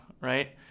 right